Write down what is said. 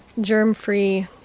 germ-free